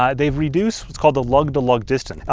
um they've reduced what's called the lug to lug distance.